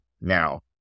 Now